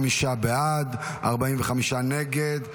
55 בעד, 45 נגד.